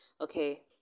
okay